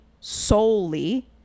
solely